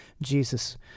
Jesus